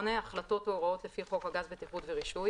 78.החלטיות או הוראות לפי חוק הגז (בטיחות ורישוי)